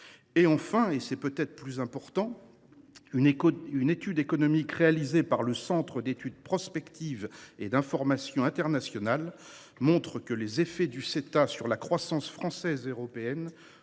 Enfin, et c’est peut être le plus important, une étude économique réalisée par le Centre d’études prospectives et d’informations internationales (Cepii) montre que les effets du Ceta sur la croissance française et européenne